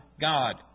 God